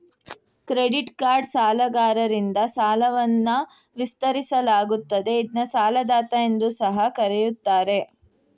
credit card ಸಾಲಗಾರರಿಂದ ಸಾಲವನ್ನ ವಿಸ್ತರಿಸಲಾಗುತ್ತದೆ ಇದ್ನ ಸಾಲದಾತ ಎಂದು ಸಹ ಕರೆಯುತ್ತಾರೆ